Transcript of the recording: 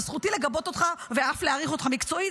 וזכותי לגבות אותך ואף להעריך אותך מקצועית,